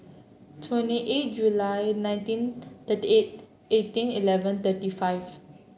twenty eight July nineteen thirty eight eighteen eleven thirty five